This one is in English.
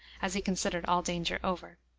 as he considered all danger over.